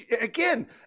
again